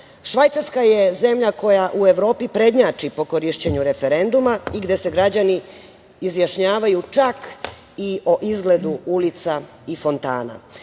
rade. Švajcarka je zemlja koja u Evropi prednjači po korišćenju referenduma i gde se građani izjašnjavaju, čak i o izgledu ulica i fontana.